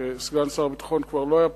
כשסגן שר הביטחון כבר לא היה פה,